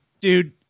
dude